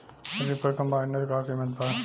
Reaper cum binder का किमत बा?